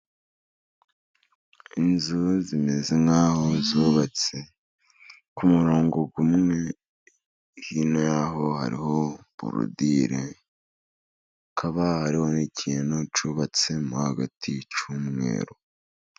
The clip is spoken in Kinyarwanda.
Inzu zimeze nk'aho zubatse ku murongo umwe, hino y'aho hariho porodire, hakaba hariho n'ikintu cyubatsemo hagati y'ucyumweru.